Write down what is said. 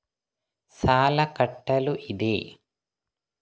ಸಾಲ ಕಟ್ಟಲು ಇದೆ